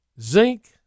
zinc